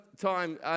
time